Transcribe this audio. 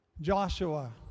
Joshua